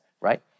right